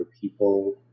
people